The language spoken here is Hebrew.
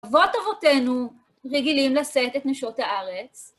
אבות אבותינו רגילים לשאת את נשות הארץ.